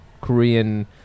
Korean